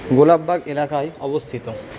গোলাপবাগ এলাকায় অবস্থিত